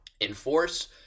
enforce